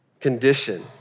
condition